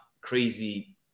crazy